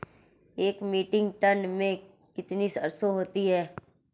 एक metric tonne में कितनी सरसों होती है?